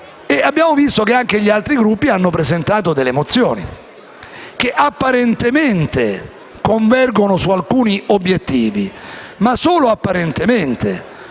Abbiamo visto che anche gli altri Gruppi hanno presentato delle mozioni che apparentemente convergono su alcuni obiettivi, ma solo apparentemente.